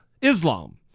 Islam